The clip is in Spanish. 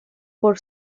por